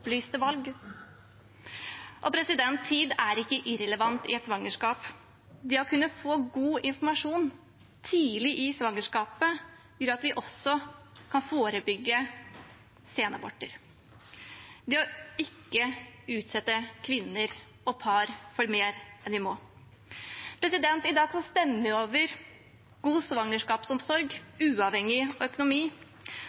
valg. Tid er ikke irrelevant i et svangerskap. Det å kunne få god informasjon tidlig i svangerskapet gjør at vi også kan forebygge senaborter, det å ikke utsette kvinner og par for mer enn de må. I dag stemmer vi over god svangerskapsomsorg